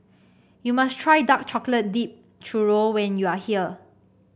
you must try Dark Chocolate Dipped Churro when you are here